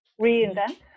reinvent